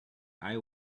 eye